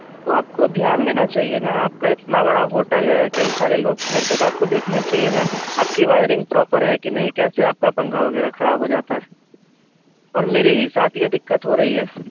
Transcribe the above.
تو آپ کو دھیان دینا چاہیے نا آپ کا اتنا بڑا ہوٹل ہے کئی سارے لوگ ٹھہرتے تو آپ کو دیکھنا چاہیے نا آپ کی وائرنگ پراپر ہے کہ نہیں کیسے آپ کا پنکھا وغیرہ خراب ہو جاتا ہے اور میرے ہی ساتھ یہ دقت ہو رہی ہے